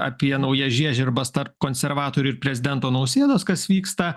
apie naujas žiežirbas tarp konservatorių ir prezidento nausėdos kas vyksta